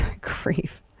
Grief